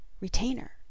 Retainer